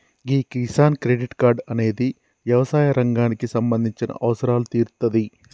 గీ Kisan credit card అనేది యవసాయ రంగానికి సంబంధించిన అవసరాలు తీరుత్తాది